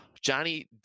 Johnny